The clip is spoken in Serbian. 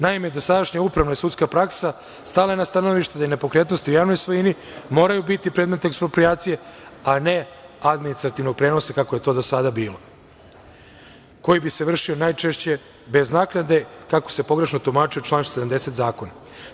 Naime, dosadašnja upravna i sudska praksa stala je na stanovište da je nepokretnosti u javnoj svojini moraju biti predmet eksproprijacije, a ne administrativnog prenosa, kako je to do sada bilo, koji bi se vršio najčešće bez naknade kako se pogrešno tumačio član 70. zakona.